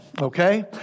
Okay